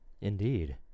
Indeed